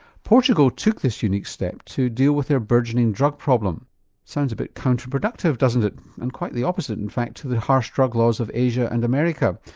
portugal took this unique step to deal with their burgeoning drug problem, it sounds a bit counterproductive doesn't it, and quite the opposite in fact to the harsh drug laws of asia and america.